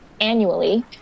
annually